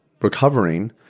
recovering